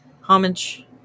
homage